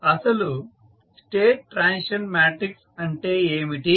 అసలు state transition matrix అంటే ఏమిటి